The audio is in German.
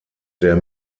der